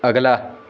ਅਗਲਾ